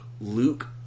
Luke